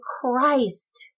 Christ